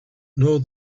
know